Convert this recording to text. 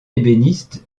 ébéniste